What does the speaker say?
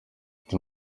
ati